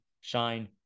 shine